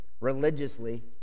religiously